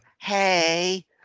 hey